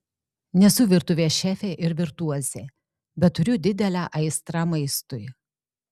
nesu virtuvės šefė ir virtuozė bet turiu didelę aistrą maistui